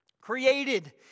Created